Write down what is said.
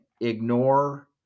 ignore